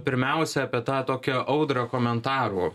pirmiausia apie tą tokią audrą komentarų